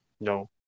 No